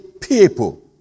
people